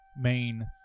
main